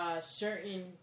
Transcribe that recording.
Certain